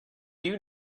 you